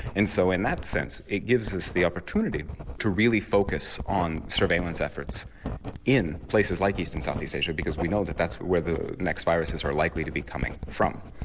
and so in that sense it gives us the opportunity to really focus on surveillance efforts in places like east and south east asia because we know that that's where the next viruses are likely to be coming from.